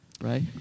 right